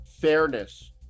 fairness